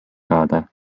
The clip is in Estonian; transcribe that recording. saada